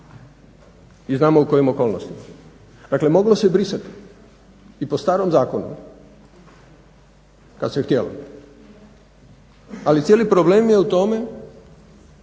i znamo u kojim okolnostima. Dakle, moglo se brisati i po starom zakonu kad se je htjelo, ali cijeli problem je u tome